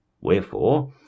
wherefore